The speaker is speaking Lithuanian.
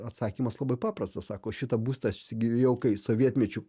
atsakymas labai paprastas sako šitą būstą aš įsigijau kai sovietmečiu